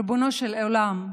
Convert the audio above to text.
ריבונו של עולם,